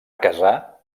casar